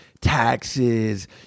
taxes